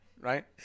Right